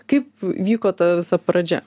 kaip vyko ta visa pradžia